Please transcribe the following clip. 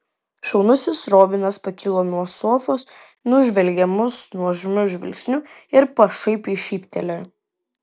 šaunusis robinas pakilo nuo sofos nužvelgė mus nuožmiu žvilgsniu ir pašaipiai šyptelėjo